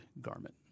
garment